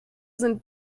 sind